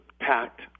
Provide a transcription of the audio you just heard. packed